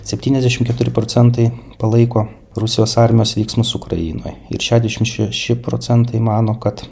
septyniasdešim keturi procentai palaiko rusijos armijos veiksmus ukrainoj ir šešiasdešim šeši procentai mano kad